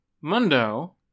Mundo